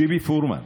שיבי פרומן,